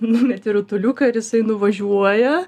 numeti rutuliuką ir jisai nuvažiuoja